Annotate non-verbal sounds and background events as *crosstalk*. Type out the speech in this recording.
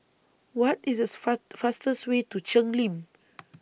What IS These Far fastest Way to Cheng Lim *noise*